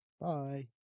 Bye